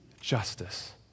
justice